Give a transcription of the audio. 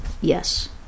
yes